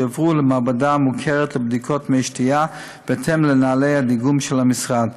שיועברו למעבדה מוכרת לבדיקות מי שתייה בהתאם לנוהלי הדיגום של המשרד.